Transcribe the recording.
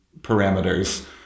parameters